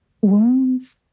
wounds